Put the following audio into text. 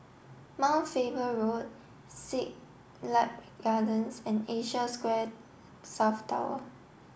Mount Faber Road Siglap Gardens and Asia Square South Tower